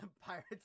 Pirate's